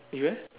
you eh